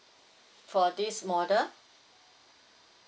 for this model